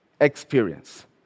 experience